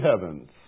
heavens